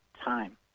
time